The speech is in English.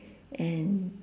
and